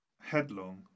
Headlong